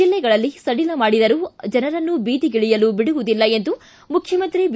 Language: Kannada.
ಜಿಲ್ಲೆಗಳಲ್ಲಿ ಸಡಿಲ ಮಾಡಿದರೂ ಜನರನ್ನು ಬೀದಿಗಿಳಿಯಲು ಬಿಡುವುದಿಲ್ಲ ಎಂದು ಮುಖ್ಯಮಂತ್ರಿ ಬಿ